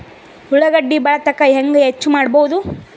ಉಳ್ಳಾಗಡ್ಡಿ ಬಾಳಥಕಾ ಹೆಂಗ ಹೆಚ್ಚು ಮಾಡಬಹುದು?